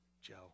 Joe